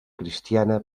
cristina